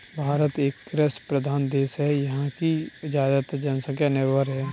भारत एक कृषि प्रधान देश है यहाँ की ज़्यादातर जनसंख्या निर्भर है